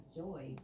joy